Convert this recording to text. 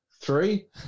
Three